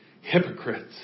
hypocrites